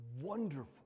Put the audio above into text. wonderful